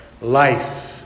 life